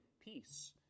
peace